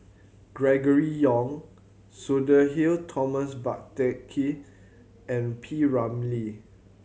Gregory Yong Sudhir Thomas Vadaketh and P Ramlee